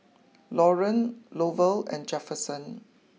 Lauryn Lovell and Jefferson